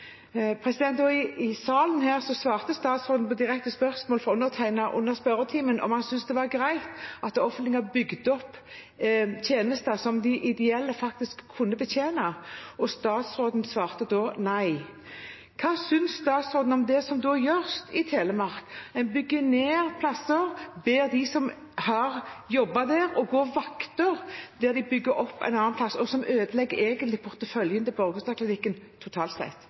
i salen svarte statsråden på direkte spørsmål fra undertegnede om han synes det er greit at det offentlige har bygd opp tjenester som de ideelle faktisk kunne betjent. Statsråden svarte da nei. Hva synes statsråden da om det som gjøres i Telemark – man bygger ned plasser og ber dem som jobber der, om å gå vakter der plassene bygges opp – noe som egentlig ødelegger porteføljen til